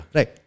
Right